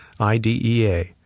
IDEA